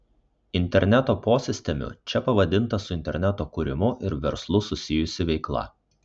interneto posistemiu čia pavadinta su interneto kūrimu ir verslu susijusi veikla